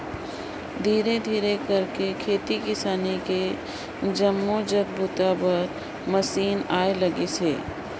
धीरे धीरे कइरके खेती किसानी के जम्मो जाएत कर काम बर मसीन आए लगिस अहे